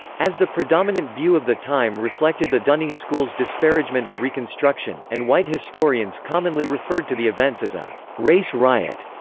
as the predominant view of the time reflected the dunning school's disparagement of reconstruction, and white historians commonly referred to the events as a race riot,